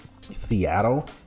Seattle